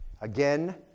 Again